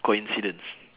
coincidence